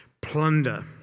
plunder